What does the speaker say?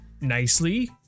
nicely